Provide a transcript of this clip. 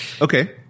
Okay